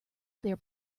their